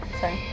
Sorry